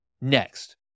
next